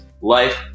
Life